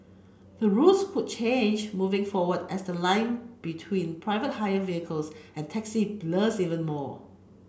the rules could change moving forward as the line between private hire vehicles and taxi blurs even more